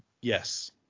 yes